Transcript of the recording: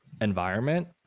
environment